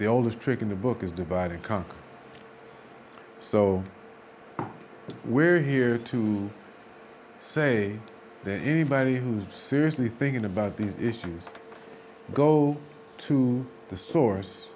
the oldest trick in the book is divide and conquer so we're here to say that anybody who is seriously thinking about these issues go to the source